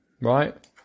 right